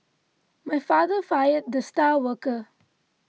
my father fired the star worker